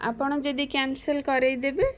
ଆପଣ ଜଦି କ୍ୟାନ୍ସଲ କରେଇଦେବେ